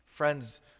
friends